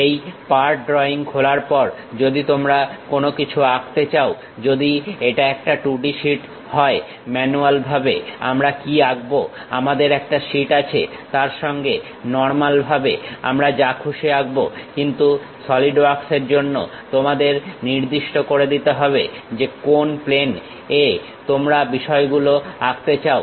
এই part drawing খোলার পর যদি তোমরা কোনো কিছু আঁকতে চাও যদি এটা একটা 2D শীট হয় ম্যানুয়াল ভাবে আমরা কি আঁকবো আমাদের একটা শীট আছে তার সঙ্গে নর্মাল ভাবে আমরা যা খুশি আঁকবো কিন্তু সলিড ওয়ার্কসের জন্য তোমাদের নির্দিষ্ট করে দিতে হবে যে কোন প্লেন এ তোমরা বিষয়গুলো আঁকতে চাও